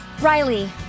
Riley